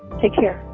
take care